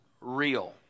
real